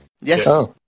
Yes